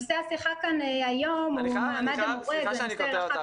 נושא השיחה כאן היום הוא מעמד המורה ו --- אני חייב לשאול אותך